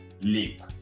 leap